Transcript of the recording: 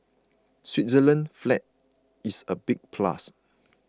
Switzerland's flag is a big plus